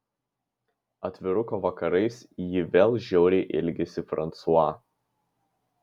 atviruko vakarais ji vėl žiauriai ilgisi fransua